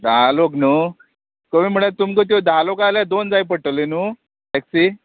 धा लोक न्हू कमी म्हळ्यार तुमकां त्यो धा लोकां आल्या दोन जाय पडटले न्हू टॅक्सी